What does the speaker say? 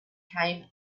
came